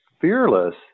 fearless